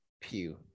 pew